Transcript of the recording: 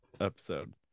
episode